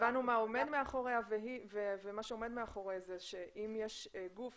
הבנו מה עומד מאחוריה ומה שעומד מאחוריה זה שאם יש גוף